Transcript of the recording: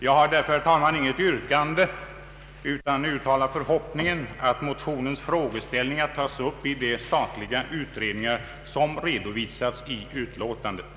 Jag har därför, herr talman, inget yrkande utan uttalar förhoppningen att motionens frågeställningar tas upp i de olika statliga utredningar som redovisats i utlåtandet.